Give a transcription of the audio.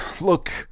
look